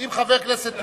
אם חבר כנסת,